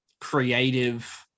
creative